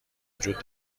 وجود